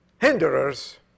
hinderers